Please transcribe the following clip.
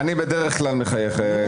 אני בדרך כלל מחייך,